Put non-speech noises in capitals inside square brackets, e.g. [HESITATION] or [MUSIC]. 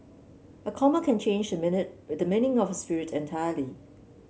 a comma can change minute [HESITATION] the meaning of a spirit entirely